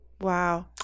Wow